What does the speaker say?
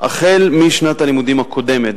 החל משנת הלימודים הקודמת,